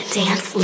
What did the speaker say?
dance